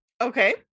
okay